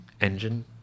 engine